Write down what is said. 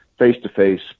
face-to-face